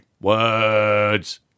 words